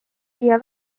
viia